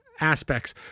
aspects